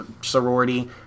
sorority